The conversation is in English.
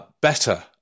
Better